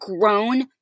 grown